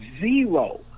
zero